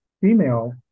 female